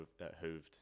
hooved